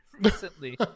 recently